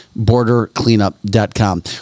bordercleanup.com